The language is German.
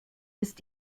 ist